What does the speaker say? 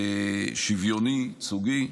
שוויוני וייצוגי,